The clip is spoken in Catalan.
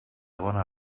bona